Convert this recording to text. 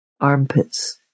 armpits